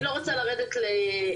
אני לא רוצה לרדת לפרטים,